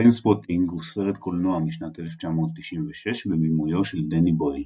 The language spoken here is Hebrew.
טריינספוטינג הוא סרט קולנוע משנת 1996 בבימויו של דני בויל,